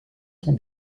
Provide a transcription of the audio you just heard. son